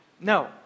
No